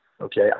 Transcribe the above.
Okay